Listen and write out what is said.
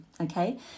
Okay